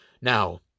Now